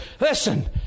listen